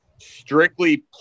strictly